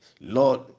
Lord